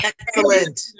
excellent